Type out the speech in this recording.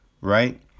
Right